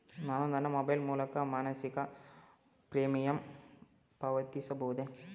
ನಾನು ನನ್ನ ಮೊಬೈಲ್ ಮೂಲಕ ಮಾಸಿಕ ಪ್ರೀಮಿಯಂ ಪಾವತಿಸಬಹುದೇ?